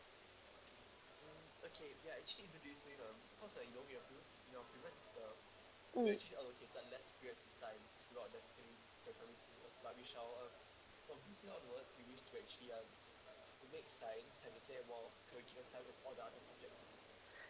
mm